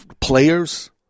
players